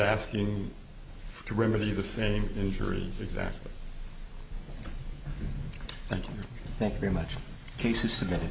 asking to remedy the same injury exactly thank you thank you very much casey submitted